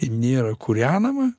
nėra kūrenama